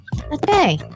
okay